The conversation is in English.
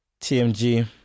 TMG